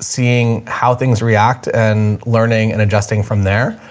seeing how things react and learning and adjusting from there.